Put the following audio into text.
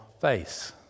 face